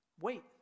wait